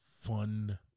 fun